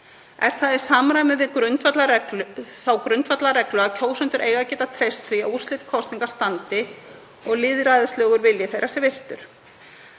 Er það í samræmi við þá grundvallarreglu að kjósendur eiga að geta treyst því að úrslit kosninga standi og lýðræðislegur vilji þeirra sé virtur.